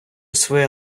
своє